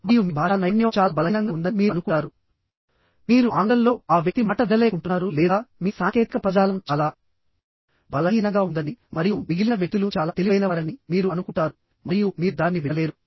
మరియు మీ భాషా నైపుణ్యం చాలా బలహీనంగా ఉందని మీరు అనుకుంటారు మీరు ఆంగ్లంలో ఆ వ్యక్తి మాట వినలేకుంటున్నారు లేదా మీ సాంకేతిక పదజాలం చాలా బలహీనంగా ఉందని మరియు మిగిలిన వ్యక్తులు చాలా తెలివైనవారని మీరు అనుకుంటారు మరియు మీరు దానిని వినలేరు